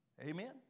Amen